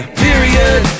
period